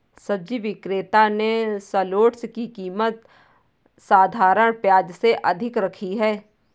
सब्जी विक्रेता ने शलोट्स की कीमत साधारण प्याज से अधिक रखी है